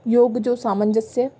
योग जो सामंजस्य